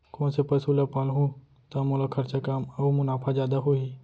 कोन से पसु ला पालहूँ त मोला खरचा कम अऊ मुनाफा जादा होही?